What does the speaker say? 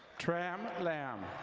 tran lam.